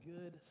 Good